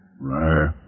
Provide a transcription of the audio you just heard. Right